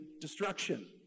destruction